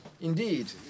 Indeed